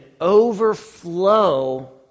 overflow